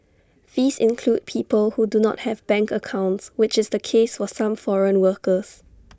these include people who do not have bank accounts which is the case for some foreign workers